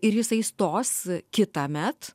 ir jisai stos kitąmet